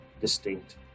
distinct